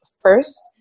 first